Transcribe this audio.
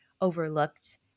overlooked